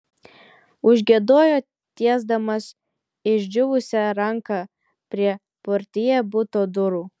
užgiedojo tiesdamas išdžiūvusią ranką prie portjė buto durų